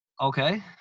Okay